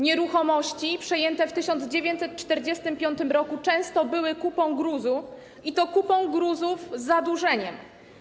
Nieruchomości przejęte w 1945 r. często były kupą gruzów, i to kupą gruzów z zadłużeniem.